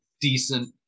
decent